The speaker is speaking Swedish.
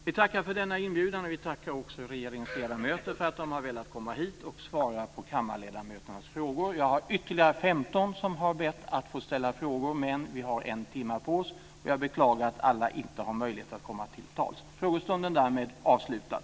Vi tackar för denna inbjudan, och vi tackar också regeringens ledamöter för att de har velat komma ut och svara på kammarledamöternas frågor. Ytterligare 15 ledamöter har bett att få ställa frågor, men vi har bara en timme på oss. Jag beklagar att inte alla fått möjlighet att komma till tals. Frågestunden är därmed avslutad.